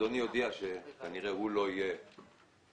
אדוני יודיע שהוא כנראה לא יהיה בחדר,